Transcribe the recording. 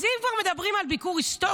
אז אם כבר מדברים על ביקור היסטורי,